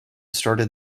started